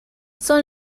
son